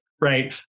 right